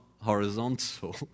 horizontal